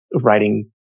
writing